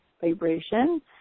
vibration